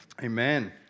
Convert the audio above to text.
Amen